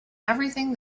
everything